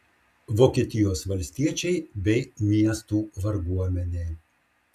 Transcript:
vokietijos valstiečiai bei miestų varguomenė